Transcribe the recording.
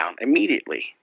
immediately